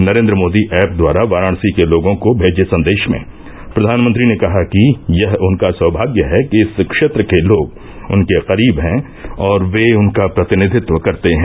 Narendra Modi app द्वारा वाराणसी के लोगों को भेजे संदेश में प्रधानमंत्री ने कहा कि यह उनका सौभाग्य है कि इस क्षेत्र के लोग उनके करीब हैं और वे उनका प्रतिनिधित्व करते हैं